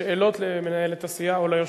שאלות, למנהלת הסיעה או ליושב-ראש.